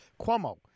Cuomo